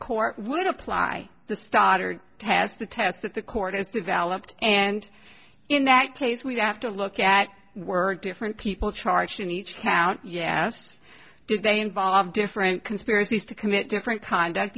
court would apply the starter test the test that the court has developed and in that case we have to look at were different people charged in each count yes did they involve different conspiracies to commit different conduct